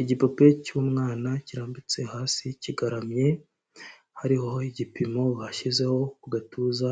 Igipupe cy'umwana kirambitse hasi kigaramye, hariho igipimo bashyizeho ku gatuza,